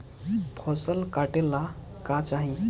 फसल काटेला का चाही?